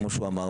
כמו שהוא אומר,